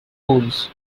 pools